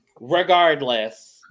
Regardless